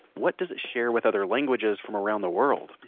what does it share with other languages from around the world?